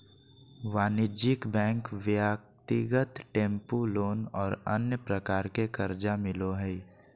वाणिज्यिक बैंक ब्यक्तिगत tempo loan और अन्य प्रकार के कर्जा मिलो हइ